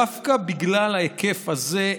דווקא בגלל ההיקף הזה,